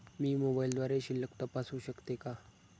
मी मोबाइलद्वारे शिल्लक तपासू शकते का?